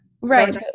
right